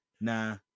nah